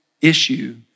issue